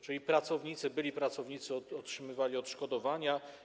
Czyli pracownicy, byli pracownicy otrzymywali odszkodowania.